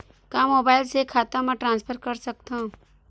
का मोबाइल से खाता म ट्रान्सफर कर सकथव?